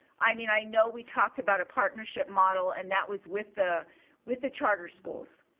i mean, i know we talked about a partnership model and that was with the with the charter schools.